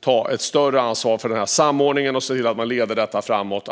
ta ett större ansvar för samordningen och så vidare så att arbetet leds framåt.